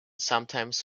sometimes